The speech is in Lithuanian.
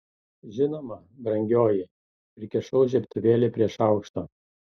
žinoma brangioji prikišau žiebtuvėlį prie šaukšto